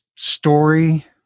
Story